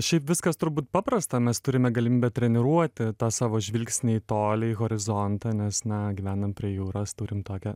šiaip viskas turbūt paprasta mes turime galimybę treniruoti tą savo žvilgsnį į tolį į horizontą nes na gyvenam prie jūros turim tokią